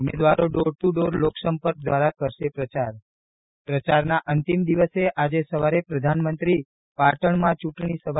ઉમેદવારો door to door લોકસંપર્ક દ્વારા કરશે પ્રચાર પ્રચારના અંતિમ દિવસે આજે સવારે પ્રધાનમંત્રી પાટણમાં ચ્રંટણીસભા